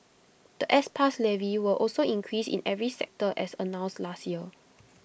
The S pass levy will also increase in every sector as announced last year